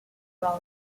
which